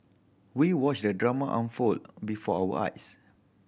we watched the drama unfold before our eyes